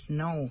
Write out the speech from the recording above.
no